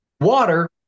water